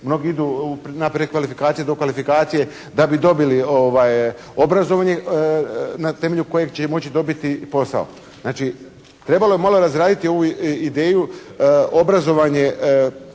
mnogi idu na prekvalifikacije, dokvalifikacije da bi dobili obrazovanje na temelju kojeg će i moći dobiti posao. Znači, trebalo bi malo razraditi ovu ideju obrazovanje u